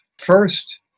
first